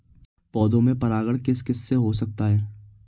पौधों में परागण किस किससे हो सकता है?